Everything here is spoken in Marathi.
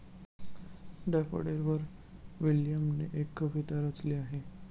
डॅफोडिलवर विल्यमने एक कविता रचली आहे